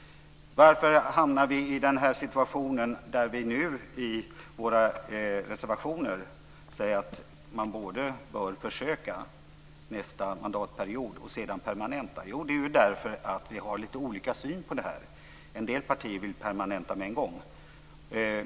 Varför hamnar vi nu i situationen att vi i våra reservationer säger att man bör genomföra ett försök nästa mandatperiod och sedan permanenta det? Jo, det är därför att vi har lite olika syn på det här. En del partier vill att det permanentas på en gång.